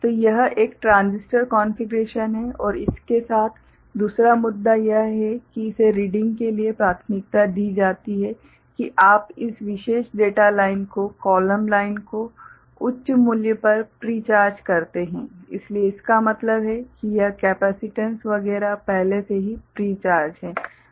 तो यह एक ट्रांजिस्टर कॉन्फ़िगरेशन है और इसके साथ दूसरा मुद्दा यह है कि इसे रीडिंग के लिए प्राथमिकता दी जाती है कि आप इस विशेष डेटा लाइन को कॉलम लाइन को उच्च मूल्य पर प्री चार्ज करते हैं इसलिए इसका मतलब है कि यह कैपेसिटेंस वगैरह पहले से ही प्री चार्ज है